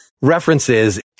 references